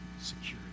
security